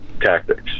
tactics